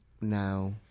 Now